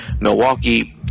milwaukee